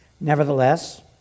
Nevertheless